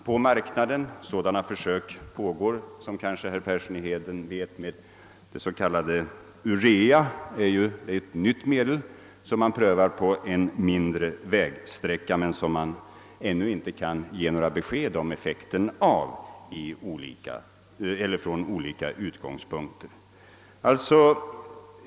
Som herr Persson i Heden kanske vet pågår det försök. Det s.k. urea är ett nytt medel som prövas på en mindre vägsträcka men beträffande vilket man ännu inte kan ge något besked om effekten från olika utgångspunkter.